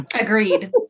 Agreed